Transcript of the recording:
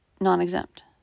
non-exempt